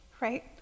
right